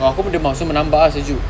aku pun demam so menambah ah sejuk